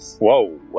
Whoa